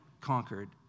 conquered